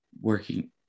working